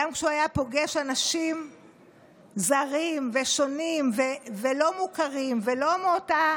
גם כשהוא היה פוגש אנשים זרים ושונים ולא מוכרים ולא מאותה